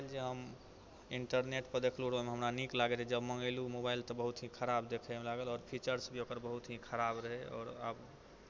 mobile जे हम internet पर देखले रहौ हमरा नीक लागल रहै जब मङ्गेलू मोबाइल तऽ बहुत ही खराब देखै मे लागल आओर फीचर्स भी ओकर बहुत ही खराब रहै आओर आब